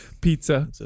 Pizza